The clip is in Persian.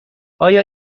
آیا